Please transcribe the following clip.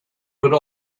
would